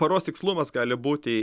paros tikslumas gali būti